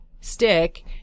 stick